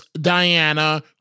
diana